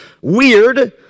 weird